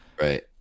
right